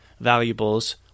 valuables